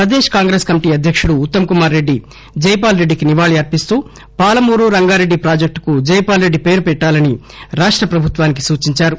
ప్రదేశ్ కాంగ్రెస్ అధ్యకుడు ఉత్తమ్ కుమార్ రెడ్డి జైపాల్ రెడ్డికి నివాళి అర్పిస్తూ పాలమూరు రంగారెడ్డి ప్రాజెక్టుకు జైపాల్ రెడ్డి పేరు పెట్టాలని రాష్ట ప్రభుత్వానికి సూచించారు